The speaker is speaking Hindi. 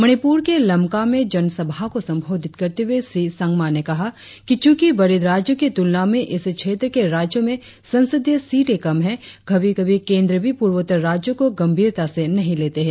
मणिपुर के लमका में जन सभा को संबोधित करते हुए श्री संगमा ने कहा कि चूंकि बड़े राज्यों की तुलना में इस क्षेत्र के राज्यों में संसदीय सीटे कम है कभी कभी केंद्र भी पूर्वोत्तर क्षेत्र को गंभीरता से नही लेते है